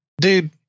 dude